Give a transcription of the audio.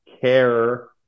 care